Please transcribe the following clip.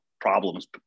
problems